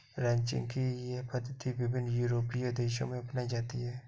ranching की यह पद्धति विभिन्न यूरोपीय देशों में अपनाई जाती है